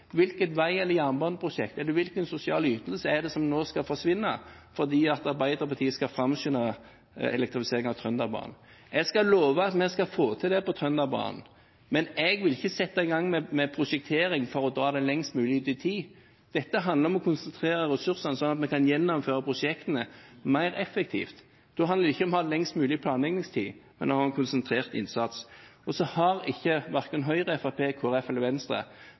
Hvilket vei- eller jernbaneprosjekt, eller hvilken sosial ytelse er det som nå skal forsvinne fordi Arbeiderpartiet skal framskynde elektrifisering av Trønderbanen? Jeg skal love at vi skal få til det på Trønderbanen, men jeg vil ikke sette i gang med prosjektering for å dra det lengst mulig ut i tid. Dette handler om å konsentrere ressursene sånn at vi kan gjennomføre prosjektene mer effektivt. Da handler det ikke om å ha lengst mulig planleggingstid, men om å ha konsentrert innsats. Verken Høyre, Fremskrittspartiet, Kristelig Folkeparti eller Venstre har